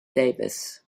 davis